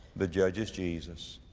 the judge is jesus.